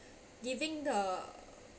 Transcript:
giving the